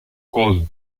cause